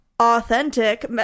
authentic